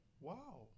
Wow